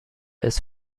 ist